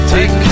Take